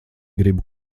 gribu